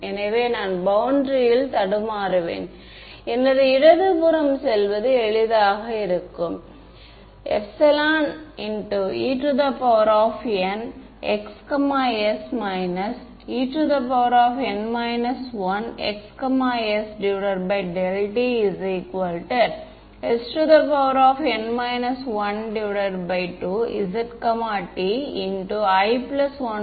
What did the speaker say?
எனவே நான் ஏன் இதை செய்கிறேன் ஏனென்றால் இப்போது இது எனது கோஓர்டினேட் ஸ்ட்ரெட்சிங் ன் எளிதான விளக்கத்தை தருகிறது கோஓர்டினேட் ஸ்ட்ரெட்சிங்ன் விருப்பத்தை ∂∂x ஆல் பெருக்கவும் ஒரு 1Hx ஆகவோ அல்லது 1Ex ஆகவோ இருக்கும்